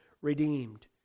redeemed